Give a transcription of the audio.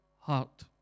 heart